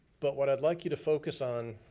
but what i'd like you to focus on,